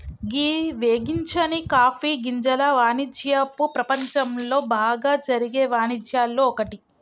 గీ వేగించని కాఫీ గింజల వానిజ్యపు ప్రపంచంలో బాగా జరిగే వానిజ్యాల్లో ఒక్కటి